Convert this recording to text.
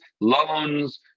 loans